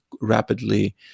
rapidly